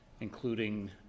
including